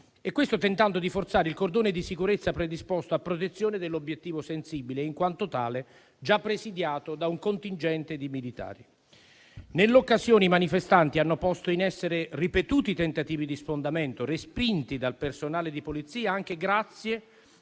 questo tentando di forzare il cordone di sicurezza predisposto a protezione dell'obiettivo sensibile, in quanto tale già presidiato da un contingente di militari. Nell'occasione i manifestanti hanno posto in essere ripetuti tentativi di sfondamento, respinti dal personale di polizia anche grazie